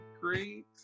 great